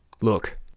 Look